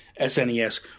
SNES